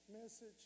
message